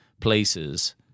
places